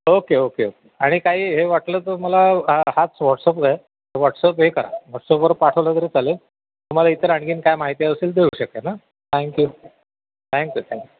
okay okay okay आणि काही हे वाटलं तर मला हाच व्हॉटसअप व्हॉट्सअप हे करा व्हॉट्सअपवर पाठवलं तरी चालेल तुम्हाला इतर आणखीन काय माहिती असेल तर येऊ शकेना थँक्यू थँक्यू थँक्यू